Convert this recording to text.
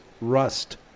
rust